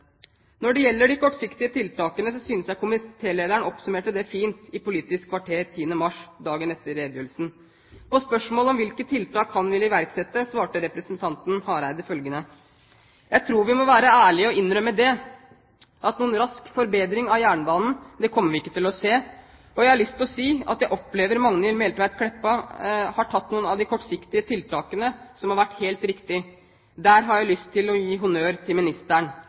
Når det gjelder de kortsiktige tiltakene, synes jeg komitélederen, Hareide, oppsummerte det fint i Politisk kvarter 10. mars, dagen etter redegjørelsen. På spørsmål om hvilke tiltak han ville iverksette, svarte representanten Hareide: Eg trur vi må være så ærlege å innrømme det, at nokon rask forbetring av jernbanen, det kjem vi ikkje til å sjå. Og eg har lyst til å seie at eg opplever at Magnhild Meltveit Kleppa har teke nokre av dei kortsiktige tiltaka som har vore heilt riktige. Der har eg lyst til å gi honnør til ministeren.